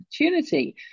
opportunity